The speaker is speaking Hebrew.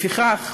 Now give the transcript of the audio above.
לפיכך,